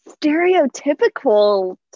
stereotypical